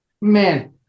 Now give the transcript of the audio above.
Man